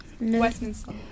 Westminster